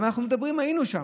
אבל אנחנו מדברים, היינו שם,